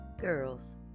Girls